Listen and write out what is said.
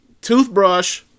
Toothbrush